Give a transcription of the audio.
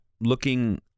looking